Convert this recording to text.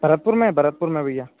भरतपुर में भरतपुर में भैया